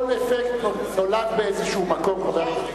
כל אפקט נולד באיזה מקום.